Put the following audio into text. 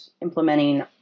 implementing